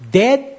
dead